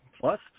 plus